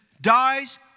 dies